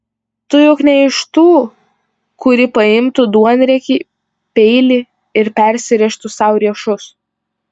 tu juk ne iš tų kuri paimtų duonriekį peilį ir persirėžtų sau riešus